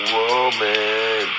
woman